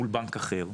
מול הבנק אחר,